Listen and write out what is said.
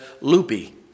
loopy